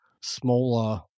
smaller